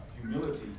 humility